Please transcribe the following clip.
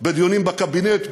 בדיונים בקבינט,